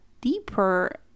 deeper